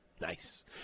Nice